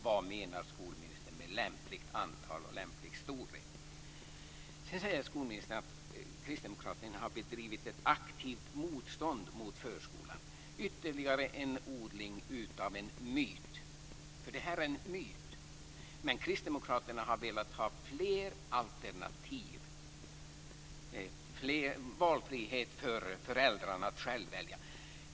Vad menar skolministern med lämpligt antal och lämplig storlek? Sedan säger skolministern att Kristdemokraterna har bedrivit ett aktivt motstånd mot förskolan. Ytterligare odling av en myt. Det här är en myt. Men Kristdemokraterna har velat ha fler alternativ, valfrihet för föräldrarna att själva välja.